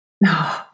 No